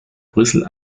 brüssel